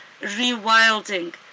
rewilding